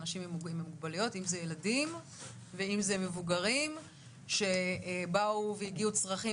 אם אלה ילדים ואם אלה מבוגרים שהביעו צרכים,